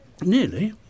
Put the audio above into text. nearly